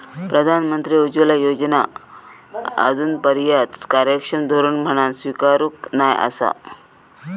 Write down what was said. प्रधानमंत्री उज्ज्वला योजना आजूनपर्यात कार्यक्षम धोरण म्हणान स्वीकारूक नाय आसा